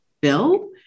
bill